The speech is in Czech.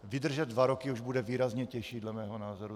Vydržet dva roky už bude výrazně těžší dle mého názoru.